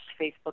Facebook